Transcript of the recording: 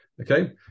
okay